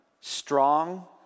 strong